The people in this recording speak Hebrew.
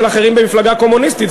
של אחרים במפלגה קומוניסטית,